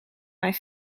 mijn